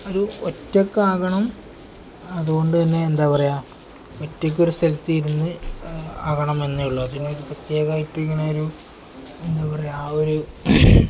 അ ഒരു ഒറ്റക്ക് ആകണം അതുകൊണ്ട് തന്നെ എന്താ പറയുക ഒറ്റക്കൊരു സ്ഥലത്ത് ഇരുന്ന് ആകണം എന്നുള്ളൂ അതിനൊരു പ്രത്യേകമായിട്ട് ഇങ്ങനെ ഒരു എന്താ പറയുക ആ ഒരു